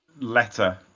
letter